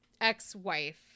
ex-wife